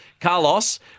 Carlos